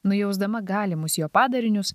nujausdama galimus jo padarinius